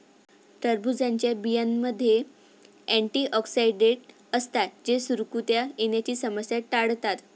टरबूजच्या बियांमध्ये अँटिऑक्सिडेंट असतात जे सुरकुत्या येण्याची समस्या टाळतात